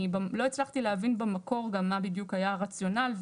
אני לא הצלחתי להבין במקור גם מה בדיוק היה הרציונל.